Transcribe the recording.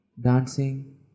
dancing